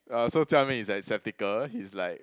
uh so Jia-Ming is a skeptical he's like